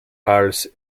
als